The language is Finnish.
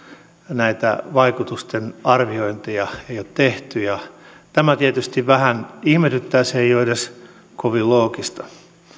näitä vaikutusten arviointeja ei ole tehty ja tämä tietysti vähän ihmetyttää se ei ole edes kovin loogista